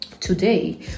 Today